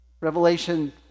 Revelation